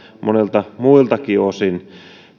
monilta muiltakin osin